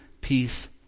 peace